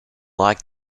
like